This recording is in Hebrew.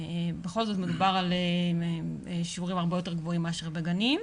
בכל זאת מדובר על שיעורים הרבה יותר גבוהים מאשר בגנים.